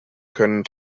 können